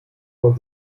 man